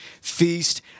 feast